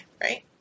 right